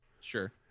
sure